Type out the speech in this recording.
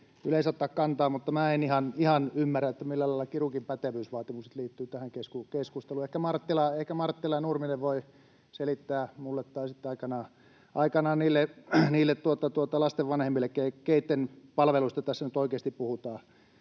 minä en ihan ymmärrä, millä lailla kirurgin pätevyysvaatimukset liittyvät tähän keskusteluun. Ehkä Marttila ja Nurminen voivat selittää minulle tai sitten aikanaan niiden lasten vanhemmille, keiden palveluista tässä nyt oikeasti puhutaan.